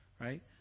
Right